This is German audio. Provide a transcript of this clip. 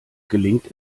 gelingt